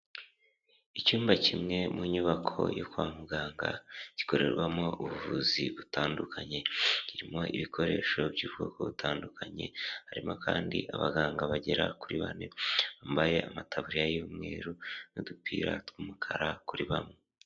Icyumba kimwe mu nyubako yo kwa muganga, gikorerwamo ubuvuzi butandukanye, kirimo ibikoresho by'ubwoko butandukanye, harimo kandi abaganga bagera kuri bane bambaye amataburiya y'umweru n'udupira tw'umukara kuri bamwe.